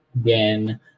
again